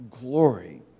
glory